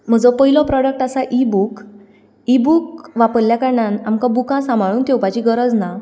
म्हजो पयलो प्रोडक्ट आसा इ बूक इ बूक वापरल्या कारणान आमकां बुकां सांबाळून घेवपाची गरज ना